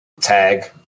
tag